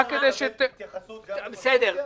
אפשר לקבל התייחסות גם לנושא --- בסדר.